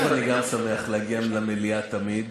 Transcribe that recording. אני גם אשמח להגיע למליאה תמיד.